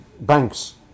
Banks